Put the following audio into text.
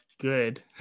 good